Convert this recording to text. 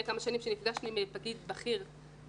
כמה שנים עת נפגשתי עם פקיד בכיר במשרד,